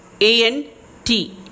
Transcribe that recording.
A-N-T